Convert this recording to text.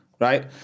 Right